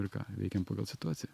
ir ką veikiam pagal situaciją